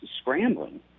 scrambling